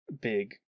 big